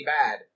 bad